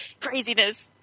craziness